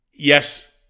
yes